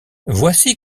voici